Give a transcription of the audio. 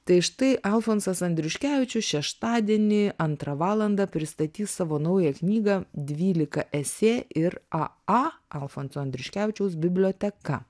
tai štai alfonsas andriuškevičius šeštadienį antrą valandą pristatys savo naują knygą dvylika esė ir a a alfonso andriuškevičiaus biblioteka